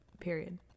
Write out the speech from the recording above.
Period